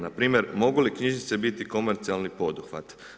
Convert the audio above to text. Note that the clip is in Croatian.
Npr. mogu li knjižnice biti komercijalni poduhvat.